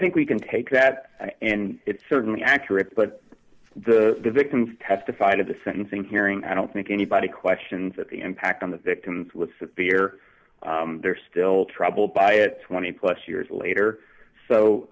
think we can take that and it's certainly accurate but the victims testified at the sentencing hearing i don't think anybody questions that the impact on the victims was severe they're still troubled by it twenty plus years later so